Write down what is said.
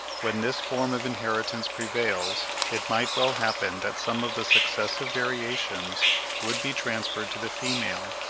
when this form of inheritance prevails, it might well happen that some of the successive variations would be transferred to the female,